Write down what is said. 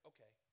Okay